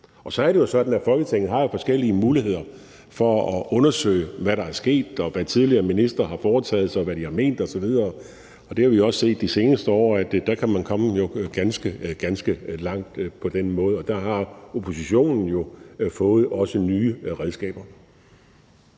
Så er det jo sådan, at Folketinget har forskellige muligheder for at undersøge, hvad der er sket, og hvad tidligere ministre har foretaget sig, og hvad de har ment osv. Vi har også set de seneste år, at der kan man jo komme ganske, ganske langt på den måde. Og der har oppositionen også fået nye redskaber.